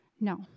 No